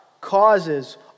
causes